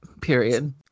Period